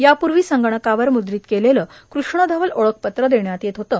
यापूर्वी संगणकावर म्द्रित केलेले कृष्णधवल ओळखपत्र देण्यात येत होते